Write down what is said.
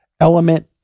element